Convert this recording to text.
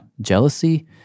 jealousy